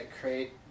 create